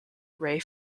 ray